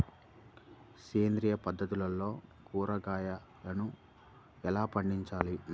సేంద్రియ పద్ధతుల్లో కూరగాయ పంటలను ఎలా పండించాలి?